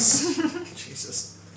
Jesus